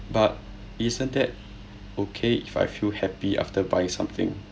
but isn't that okay if I feel happy after buying something